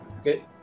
Okay